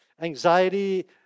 Anxiety